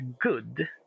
good